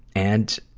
and,